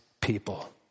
people